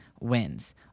Wins